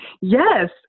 Yes